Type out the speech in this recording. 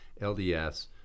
LDS